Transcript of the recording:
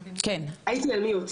הייתי על השתק,